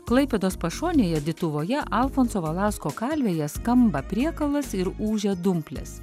klaipėdos pašonėje dituvoje alfonso valausko kalvėje skamba priekalas ir ūžia dumplės